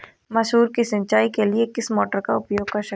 मसूर की सिंचाई के लिए किस मोटर का उपयोग कर सकते हैं?